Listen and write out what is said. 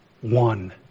one